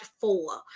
four